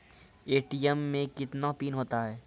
ATM मे कितने PIN होता हैं?